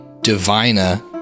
Divina